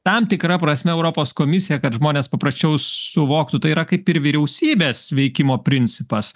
tam tikra prasme europos komisija kad žmonės paprasčiau suvoktų tai yra kaip ir vyriausybės veikimo principas